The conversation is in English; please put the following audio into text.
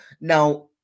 Now